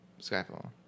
Skyfall